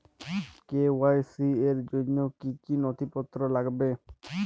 KYC র জন্য কি কি নথিপত্র লাগবে?